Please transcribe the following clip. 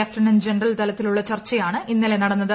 lieutenant general തലത്തിലുള്ള ചർച്ചയാണ് ഇന്നലെ നടന്നത്